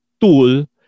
tool